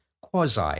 quasi